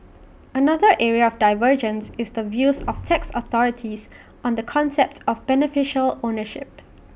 another area of divergence is the views of tax authorities on the concept of beneficial ownership